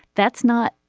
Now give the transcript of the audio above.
that's not.